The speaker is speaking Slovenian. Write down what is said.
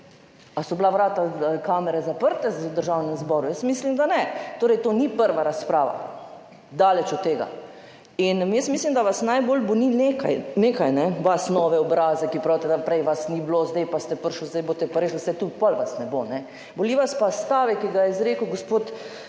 so bila vrata kamere zaprte v Državnem zboru? Jaz mislim, da ne. Torej, to ni prva razprava. Daleč od tega. In jaz mislim, da vas najbolj boli nekaj, nekaj ne vas nove obraze, ki pravite, da prej vas ni bilo, zdaj pa ste prišel, zdaj boste pa rešil. Saj tudi pol vas ne bo. Boli vas pa stavek, ki ga je izrekel gospod